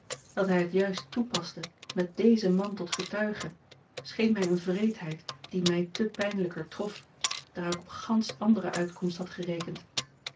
dat hij het juist toepaste met dezen man tot getuige scheen mij eene wreedheid die mij te pijnlijker trof daar ik op gansch andere uitkomst had gerekend